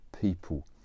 people